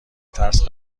ترس